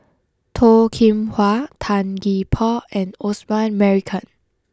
Toh Kim Hwa Tan Gee Paw and Osman Merican